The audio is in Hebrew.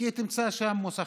כי תמצא שם מוסכים,